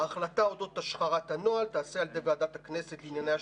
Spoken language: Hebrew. ההחלטה אודות השחרת הנוהל תיעשה על ידי ועדת הכנסת לענייני השירות.